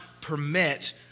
permit